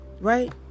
right